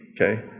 Okay